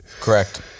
correct